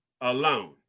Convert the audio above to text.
alone